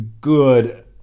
good